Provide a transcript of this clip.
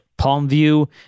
Palmview